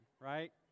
right